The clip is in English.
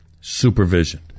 supervision